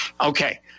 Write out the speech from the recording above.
Okay